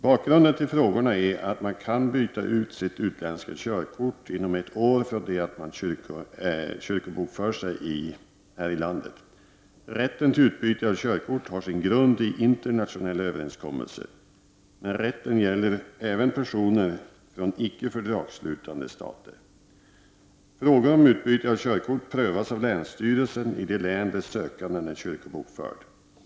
Bakgrunden till frågorna är att man kan byta ut sitt utländska körkort inom ett år från det att man kyrkobokför sig här i landet. Rätten till utbyte av körkort har sin grund i internationella överenskommelser, men rätten gäller även personer från icke fördragsslutande stater. Frågor om utbyte av körkort prövas av länsstyrelsen i det län där sökanden är kyrkobokförd.